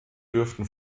dürften